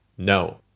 No